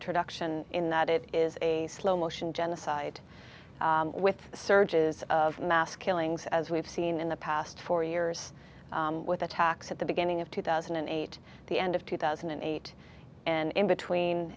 introduction in that it is a slow motion genocide with the surges of mass killings as we've seen in the past four years with attacks at the beginning of two thousand and eight the end of two thousand and eight and in between